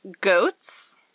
goats